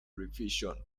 revision